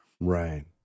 Right